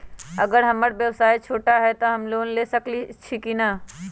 अगर हमर व्यवसाय छोटा है त हम लोन ले सकईछी की न?